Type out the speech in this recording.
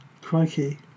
Crikey